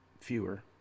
fewer